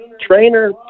Trainer